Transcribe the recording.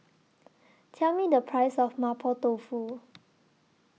Tell Me The Price of Mapo Tofu